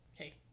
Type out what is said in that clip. Okay